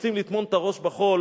רוצים לטמון את הראש בחול?